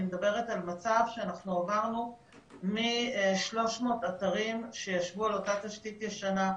אני מדברת על מצב שאנחנו עברנו מ-300 אתרים שישבו על אותה תשתית ישנה,